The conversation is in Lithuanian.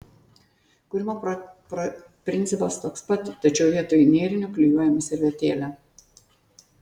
kūrimo principas toks pat tačiau vietoj nėrinio klijuojame servetėlę